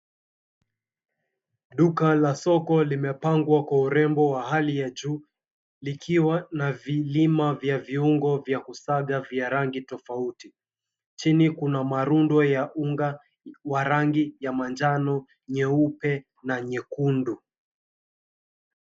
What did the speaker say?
Duka la soko limepangwa kwa urembo wa hali ya juu likiwa na vilima vya viungo vya kusaga vya rangi tofauti. Chini kuna marundo ya unga wa rangi ya manjano, nyeupe na nyekundu.